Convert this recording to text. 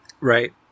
Right